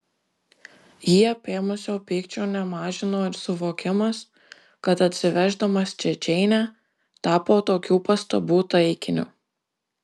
jį apėmusio pykčio nemažino ir suvokimas kad atsiveždamas čia džeinę tapo tokių pastabų taikiniu